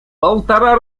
полтора